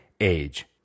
age